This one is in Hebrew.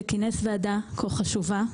שכינס ועדה כה חשובה.